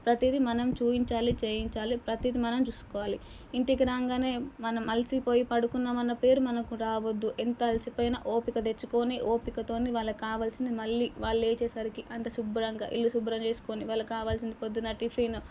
ప్రతిదీ మనం చూపించాలి చేయించాలి ప్రతిదీ మనం చూసుకోవాలి ఇంటికి రాగానే మనం అలిసిపోయి పడుకున్నామన్న పేరు మనకి రావద్దు ఎంత అలిసిపోయినా ఓపిక తెచ్చుకొని ఓపికతోని వాళ్ళకి కావాల్సినవి మళ్ళీ వాళ్ళు లేచేసరికి అంతా శుభ్రంగా ఇల్లు శుభ్రం చేసుకుని వాళ్ళకి కావాల్సిన పొద్దున్న టిఫిన్